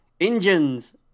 engines